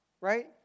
right